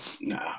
no